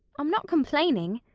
i'm not complaining.